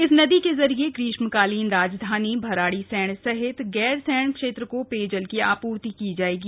इस नदी के जरिए ग्रीष्मकालीन राजधानी भराड़ीसैंण सहित गैरसैंण क्षेत्र को पेयजल की आपूर्ति की जाएगी